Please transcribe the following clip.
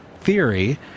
Theory